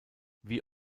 wie